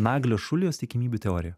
naglio šulijos tikimybių teoriją